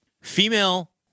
Female